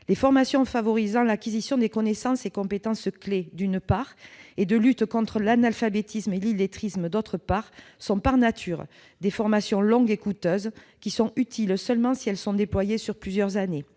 Les formations favorisant l'acquisition des connaissances et des compétences clés, d'une part, et les formations de lutte contre l'analphabétisme et l'illettrisme, d'autre part, sont, par nature, des formations longues et coûteuses, qui sont utiles seulement si elles sont déployées sur plusieurs années.